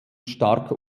stark